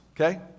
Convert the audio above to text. okay